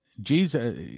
Jesus